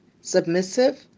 submissive